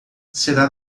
será